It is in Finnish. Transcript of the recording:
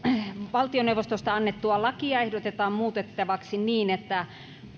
valtioneuvostosta annettua lakia ehdotetaan muutettavaksi niin että